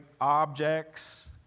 objects